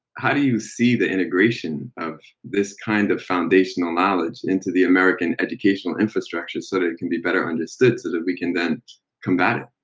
how do you see the integration of this kind of foundational knowledge into the american educational infrastructure so that it can be better understood so that we can then combat it?